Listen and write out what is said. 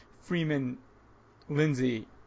Freeman-Lindsey